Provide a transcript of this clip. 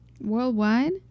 worldwide